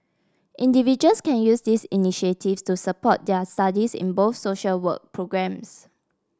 individuals can use these initiatives to support their studies in both social work programmes